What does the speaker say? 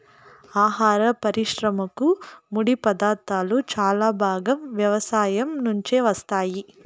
ఆహార పరిశ్రమకు ముడిపదార్థాలు చాలా భాగం వ్యవసాయం నుంచే వస్తాయి